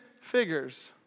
figures